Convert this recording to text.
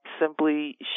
simply